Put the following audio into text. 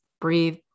breathe